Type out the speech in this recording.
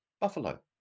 buffalo